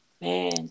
man